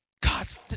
God's